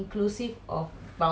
அதான்:athaan